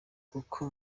kuko